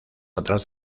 atrás